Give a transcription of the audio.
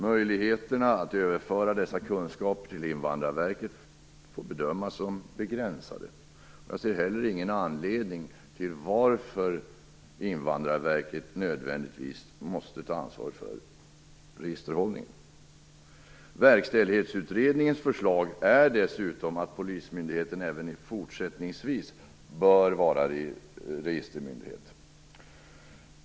Möjligheterna att överföra dessa kunskaper till Invandrarverket får bedömas som begränsade. Jag ser heller ingen anledning till att Invandrarverket nödvändigtvis måste ta ansvar för registerhållningen. Verkställighetsutredningens förslag är dessutom att Polismyndigheten även fortsättningsvis bör vara registermyndighet.